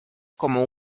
como